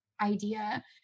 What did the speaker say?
idea